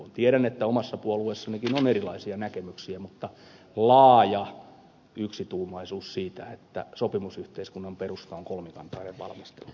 tiedän että omassa puolueessanikin on erilaisia näkemyksiä mutta laaja yksituumaisuus on siitä että sopimusyhteiskunnan perusta on kolmikantainen valmistelu